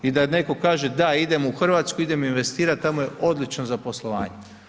I da netko kaže, da, idem u Hrvatsku, idem investirati, tamo je odlično za poslovanje.